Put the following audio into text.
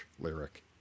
lyric